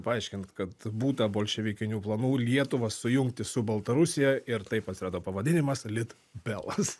paaiškint kad būta bolševikinių planų lietuvą sujungti su baltarusija ir taip atsirado pavadinimas litbelas